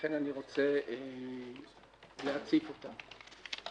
ולכן אני רוצה להציף אותן,